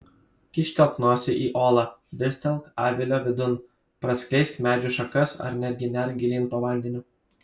kyštelk nosį į olą dirstelk avilio vidun praskleisk medžių šakas ar netgi nerk gilyn po vandeniu